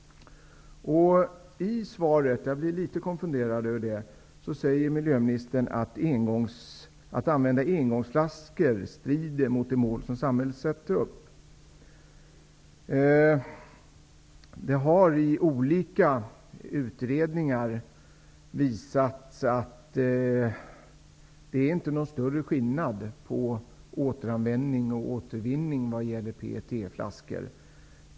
Jag blir litet konfunderad över att miljöministern i svaret säger att det strider mot de mål som samhället satt upp att använda engångsflaskor. Det har i olika utredningar visats att det inte är någon större skillnad på återanvändning och återvinning vad gäller PET-flaskor.